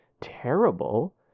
terrible